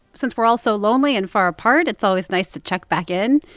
since we're all so lonely and far apart, it's always nice to check back in,